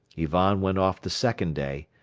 ivan went off the second day,